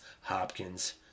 Hopkins